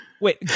Wait